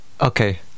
okay